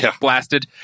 Blasted